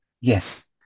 Yes